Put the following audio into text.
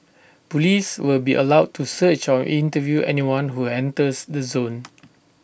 Police will be allowed to search or interview anyone who enters the zone